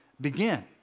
begin